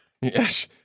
Yes